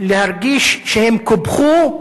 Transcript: ירגיש שהם קופחו,